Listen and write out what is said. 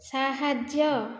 ସାହାଯ୍ୟ